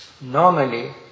normally